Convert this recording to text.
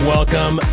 Welcome